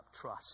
Trust